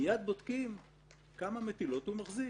מייד בודקים כמה מטילות הוא מחזיק.